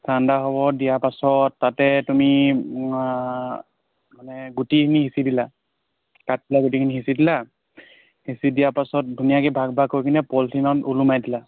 ঠাণ্ডা হ'ব দিয়া পাছত তাতে তুমি মানে গুটিখিনি সিঁচি দিলা তাত তুমি গুটিখিনি সিঁচি দিলা সিঁচি দিয়া পাছত ধুনীয়াকৈ ভাগ ভাগ হৈ কিনে পলিথিনত ওলোমাই দিলা